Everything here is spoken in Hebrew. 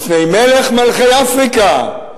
בפני "מלך מלכי אפריקה",